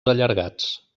allargats